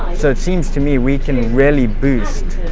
so it seems to me we can really boost.